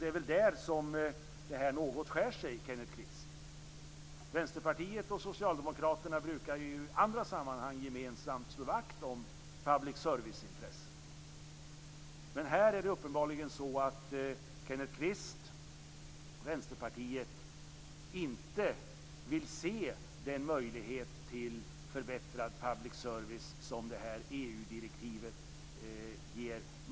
Det är väl där som detta skär sig något, Kenneth Kvist. Vänsterpartiet och Socialdemokraterna brukar ju i andra sammanhang gemensamt slå vakt om public service-intresset. Men här är det uppenbarligen så att Kenneth Kvist och Vänsterpartiet inte vill se den möjlighet till förbättrad public service som detta EU-direktiv ger.